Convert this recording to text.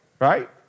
right